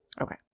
Okay